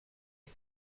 que